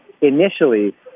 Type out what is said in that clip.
initially